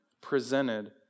presented